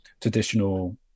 traditional